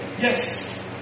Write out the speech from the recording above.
Yes